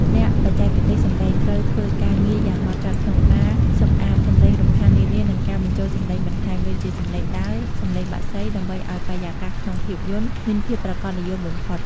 អ្នកបច្ចេកទេសសំឡេងត្រូវធ្វើការងារយ៉ាងម៉ត់ចត់ក្នុងការសម្អាតសំឡេងរំខាននានា និងការបញ្ចូលសំឡេងបន្ថែម (ដូចជាសំឡេងដើរ សំឡេងបក្សី) ដើម្បីឱ្យបរិយាកាសក្នុងភាពយន្តមានភាពប្រាកដនិយមបំផុត។